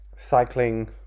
cycling